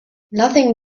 nothing